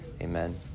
amen